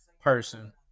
person